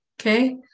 Okay